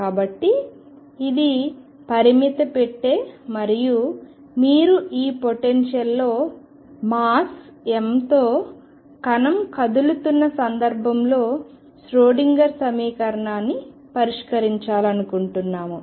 కాబట్టి ఇది పరిమిత పెట్టె మరియు మీరు ఈ పొటెన్షియల్లో మాస్ m తో కణం కదులుతున్న సందర్భంలో ష్రోడింగర్ సమీకరణాన్ని పరిష్కరించాలనుకుంటున్నాము